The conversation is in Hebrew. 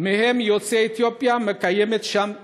בהן יוצאי אתיופיה, מתקיימת שם סגרגציה.